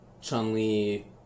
Chun-Li